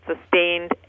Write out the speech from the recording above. sustained